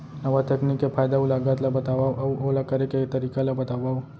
नवा तकनीक के फायदा अऊ लागत ला बतावव अऊ ओला करे के तरीका ला बतावव?